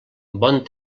bon